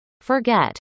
Forget